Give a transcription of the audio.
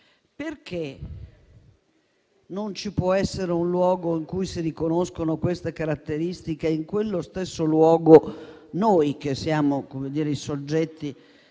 Perché non ci può essere un luogo in cui si riconoscono quelle caratteristiche e in quello stesso luogo noi, che siamo i soggetti